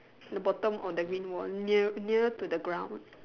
the bottom or the green one near near to the ground